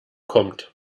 kommt